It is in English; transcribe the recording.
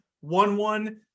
one-one